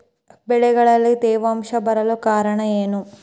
ಬೆಳೆಗಳಲ್ಲಿ ತೇವಾಂಶ ಬರಲು ಕಾರಣ ಏನು?